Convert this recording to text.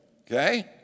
okay